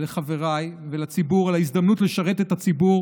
לחבריי ולציבור על ההזדמנות לשרת את הציבור